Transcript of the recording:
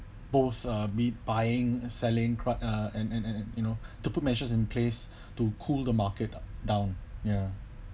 both uh buying selling cro~ uh and and and you know to put measures in place to cool the market down ya